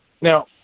Now